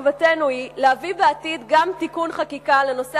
תקוותנו היא להביא בעתיד גם תיקון חקיקה לנושא